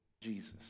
Jesus